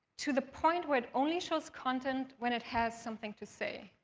to the point where it only shows content when it has something to say,